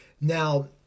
Now